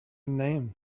name